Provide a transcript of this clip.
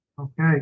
Okay